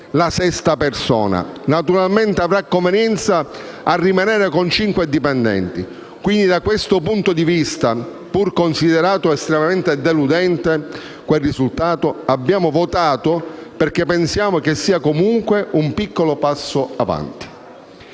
la sesta persona e naturalmente avrà convenienza a rimanere con cinque dipendenti. Quindi, da questo punto di vista, pur considerando estremamente deludente quel risultato, abbiamo votato perché pensiamo che sia comunque un piccolo passo avanti.